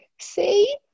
see